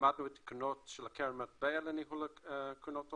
למדנו את התקנות של קרן המטבע לניהול קרנות עושר,